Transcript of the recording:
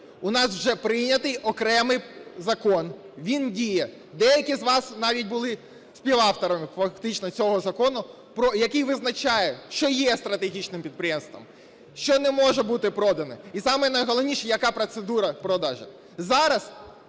У нас уже прийнятий окремий закон, він діє. Деякі з вас навіть були співавторами фактично цього закону, який визначає, що є стратегічним підприємством, що не може бути продане. І саме найголовніше – яка процедура продажу.